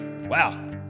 wow